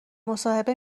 مصاحبه